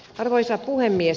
arvoisa puhemies